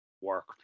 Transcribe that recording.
work